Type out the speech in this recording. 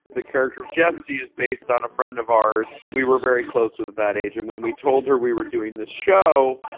the character of jessi is based on a friend of ours we were very close with at that age. and when we told her we were doing the show,